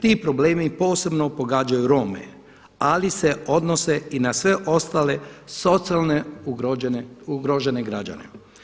Ti problemi posebno pogađaju Rome, ali se odnose i na sve ostale socijalno ugrožene građane.